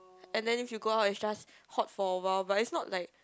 and then if you go out it's just hot for awhile but it's not like